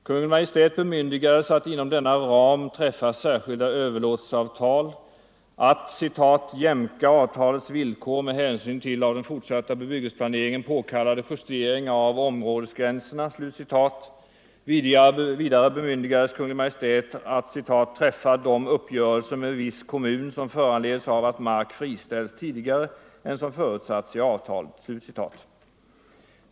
Kungl. Maj:t bemyndigades att inom denna ram träffa särskilda överlåtelseavtal, att ”jämka avtalets villkor med hänsyn till av den fortsatta bebyggelseplaneringen påkallade justeringar av områdesgränserna”. Vidare bemyndigades Kungl. Maj:t att ”träffa de uppgörelser med viss kommun, som föranleds av att mark friställs tidigare än som förutsatts i avtalet”.